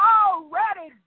already